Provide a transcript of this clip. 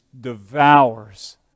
devours